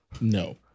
No